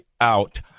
out